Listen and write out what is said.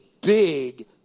big